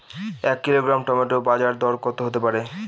এক kilogram tomato বাজের দরকত হতে পারে?